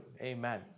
Amen